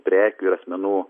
prekių ir asmenų